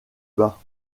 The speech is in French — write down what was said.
bas